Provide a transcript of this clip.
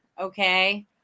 Okay